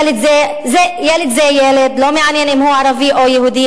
ילד זה ילד, לא מעניין אם הוא ערבי או יהודי.